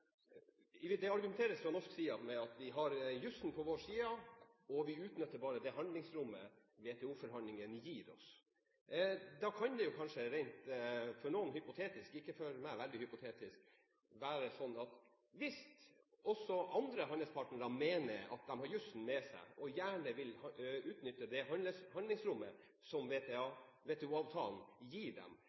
resonnementet sitt. Det argumenteres fra norsk side med at vi har jussen på vår side, og at vi bare utnytter det handlingsrommet WTO-forhandlingene gir oss. Hvis det – kanskje rent hypotetisk for noen, men ikke veldig hypotetisk for meg– er sånn at også andre handelspartnere mener at de har jussen med seg og gjerne vil utnytte det handlingsrommet som WTO-avtalen gir,